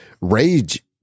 rage